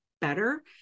better